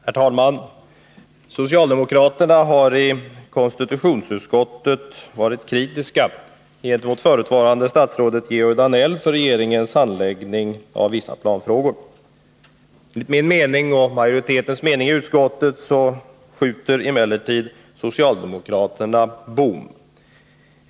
Herr talman! Socialdemokraterna har i konstitutionsutskottet varit kritiska gentemot förutvarande statsrådet Georg Danell för regeringens handläggning av vissa planfrågor. Enligt min och utskottsmajoritetens mening skjuter emellertid socialdemokraterna bom.